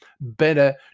better